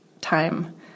time